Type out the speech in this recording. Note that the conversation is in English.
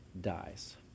dies